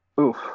Oof